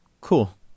Cool